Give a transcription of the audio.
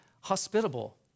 hospitable